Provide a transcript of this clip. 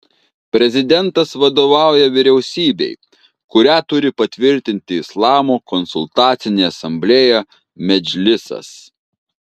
prezidentas vadovauja vyriausybei kurią turi patvirtinti islamo konsultacinė asamblėja medžlisas